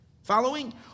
Following